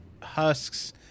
husks